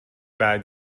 بعد